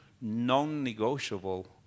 non-negotiable